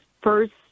first